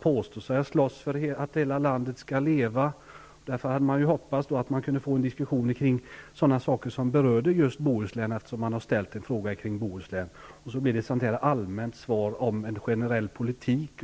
påstår sig slåss för att hela landet skall leva. Jag hade därför hoppats att kunna diskutera sådant som berör just Bohuslän, eftersom jag ställt en fråga om Bohuslän. Men det blev i stället ett allmänt svar om en generell politik.